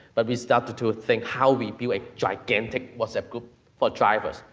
but we started to think how we build a gigantic whatsapp group for drivers.